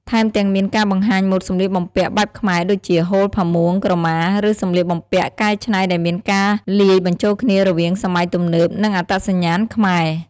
ថែមទាំងមាន ការបង្ហាញម៉ូដសម្លៀកបំពាក់បែបខ្មែរដូចជា ហូល ផាមួង ក្រមា ឬសំលៀកបំពាក់កែច្នៃដែលមានការលាយបញ្ចូលគ្នារវាងសម័យទំនើប និងអត្តសញ្ញាណខ្មែរ។